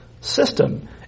system